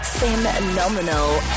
Phenomenal